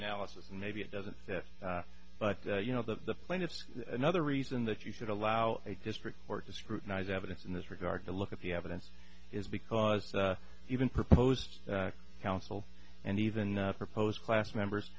analysis and maybe it doesn't but you know the plan that's another reason that you should allow a district court to scrutinise evidence in this regard to look at the evidence is because even proposed counsel and even proposed class members